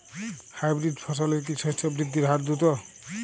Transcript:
Hybrid ফসলের কি শস্য বৃদ্ধির হার দ্রুত?